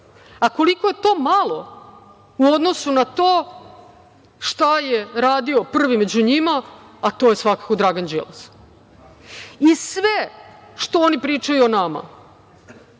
A koliko je to malo u odnosu na to šta je radio prvi među njima, a to je svakako Dragan Đilas! I sve što oni pričaju o nama,